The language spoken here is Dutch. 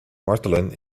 martelen